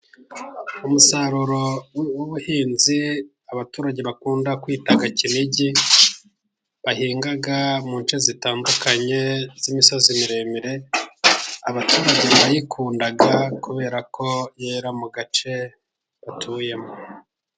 Umusaruro w'ubuhinzi abaturage bakunda kwita kinigi bahinga mu nce zitandukanye z'imisozi miremire abaturage barayikunda kubera ko yera mu gace batuyemo.